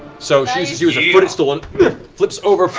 so she uses you as a footstool and flips over,